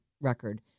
record